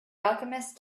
alchemist